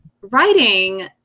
writing